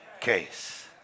case